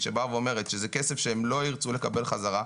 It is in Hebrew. שבאה ואומרת שזה כסף שהן לא ירצו לקבל חזרה,